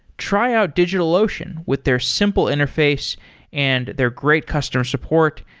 try out digitalocean with their simple interface and their great customer support,